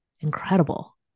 incredible